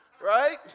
Right